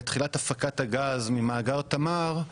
לתחילת הפקת הגז ממאגר תמר,